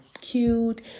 cute